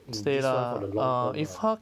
in this one for the long term ah